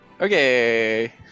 Okay